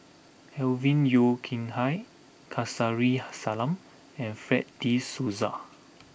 Alvin Yeo Khirn Hai Kamsari Salam and Fred de Souza